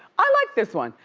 i like this one.